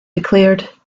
declared